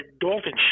Dalton